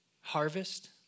harvest